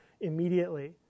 immediately